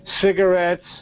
cigarettes